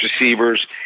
receivers